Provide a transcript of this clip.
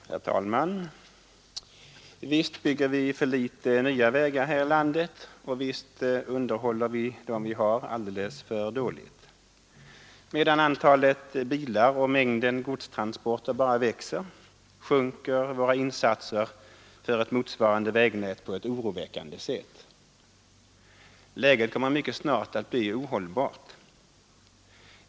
Herr talman! Visst bygger vi för litet nya vägar här i landet och visst underhåller vi dem vi har alldeles för dåligt. Medan antalet bilar och mängden godstransporter bara växer, sjunker våra insatser för ett motsvarande vägnät på ett oroväckande sätt. Läget kommer mycket snart att bli ohållbart.